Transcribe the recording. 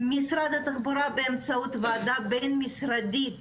משרד התחבורה, באמצעות ועדה בין-משרדית